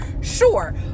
sure